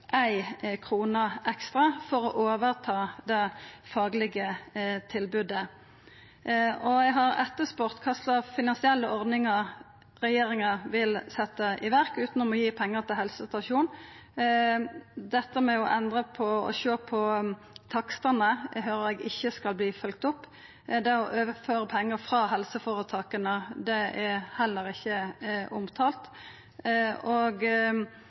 krone ekstra for å ta over det faglege tilbodet. Eg har etterspurt kva for finansielle ordningar regjeringa vil setja i verk utanom å gi pengar til helsestasjonane. Det å sjå på takstane høyrer eg at ikkje skal bli følgt opp. Å overføra pengar frå helseføretaka er heller ikkje